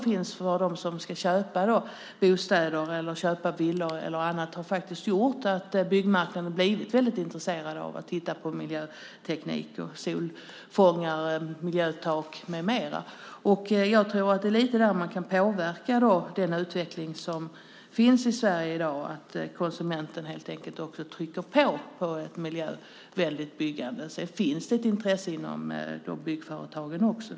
Kraven från dem som ska köpa bostäder - villor till exempel - har gjort att byggmarknaden har blivit väldigt intresserad av att titta på miljöteknik, på solfångare, miljötak med mera. Jag tror att det är så man kan påverka den utveckling som finns i Sverige i dag, nämligen att konsumenten trycker på för ett miljövänligt byggande. Det finns ett intresse från byggföretagen också.